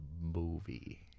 movie